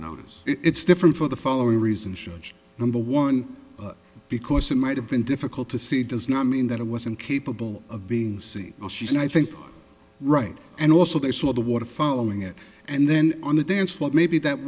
notice it's different for the following reason sure number one because it might have been difficult to see does not mean that it wasn't capable of being seen as she said i think right and also they saw the water following it and then on the dance what maybe that